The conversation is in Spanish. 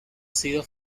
sido